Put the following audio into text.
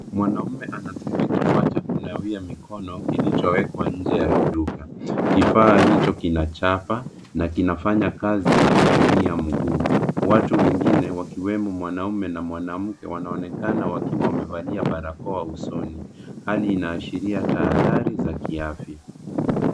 Mwanamume anatumia kifaa cha kunawia mikono kilichowekwa nje ya duka. Kifaa hicho kinachapa, na kinafanya kazi kwa kutumia mguu. Watu wengine wakiwemo mwanaume na mwanamke wanaonekana wakiwa wamevalia barakoa usoni. Hali inaashiria tahadhari za kiafya.